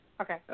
Okay